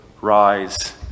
rise